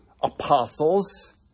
apostles